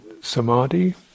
samadhi